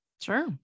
sure